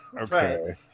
Okay